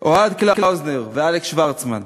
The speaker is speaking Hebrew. אוהד קלאוזנר ואלכס שוורצמן,